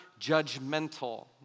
judgmental